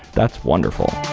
that's wonderful.